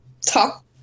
talk